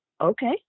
Okay